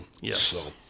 Yes